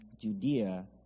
Judea